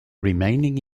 remaining